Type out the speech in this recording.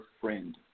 friend